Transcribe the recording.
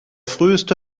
früheste